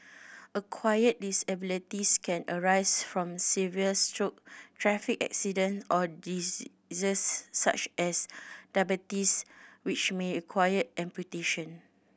acquired disabilities can arise from severe stroke traffic accident or diseases such as diabetes which may require amputation